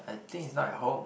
I think he's not at home